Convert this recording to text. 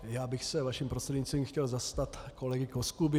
Já bych se vaším prostřednictvím chtěl zastat kolegy Koskuby.